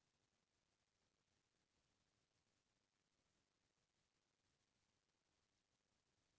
आजकाल सब्बो जिनिस के फर, फर के हाइब्रिड पेड़ पउधा आवत हे